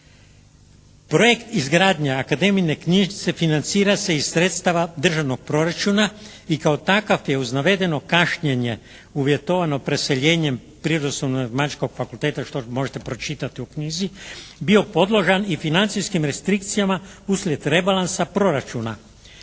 Projekt izgradnje Akademijine knjižnice financira se iz sredstava državnog proračuna i kao takav je uz navedeno kašnjenje uvjetovano preseljenjem Prirodoslovnog matematičkog fakulteta što možete pročitati u knjizi bio podložan i financijskim restrikcijama uslijed rebalansa proračuna.